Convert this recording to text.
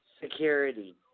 security